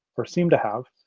or seem to have,